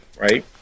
right